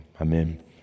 Amen